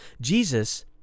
Jesus